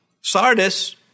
Sardis